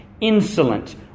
insolent